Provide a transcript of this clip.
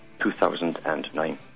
2009